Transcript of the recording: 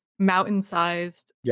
mountain-sized